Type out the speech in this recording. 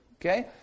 Okay